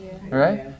Right